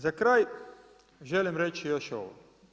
Za kraj, želim reći još ovo.